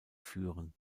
führen